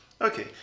Okay